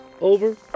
Over